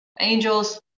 angels